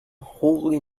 holy